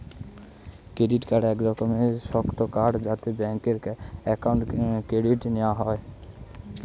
credit card এক রকমের শক্ত কাগজ যাতে ব্যাঙ্ক অ্যাকাউন্ট ক্রেডিট নেওয়া যায়